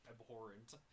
abhorrent